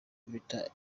leta